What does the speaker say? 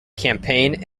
campaign